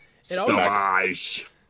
Savage